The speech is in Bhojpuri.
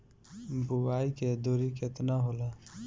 बुआई के दुरी केतना होला?